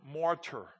martyr